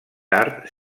tard